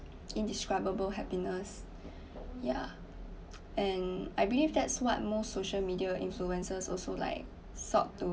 indescribable happiness ya and I believe that's what most social media influencers also like sought to